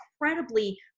incredibly